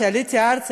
כשעליתי ארצה,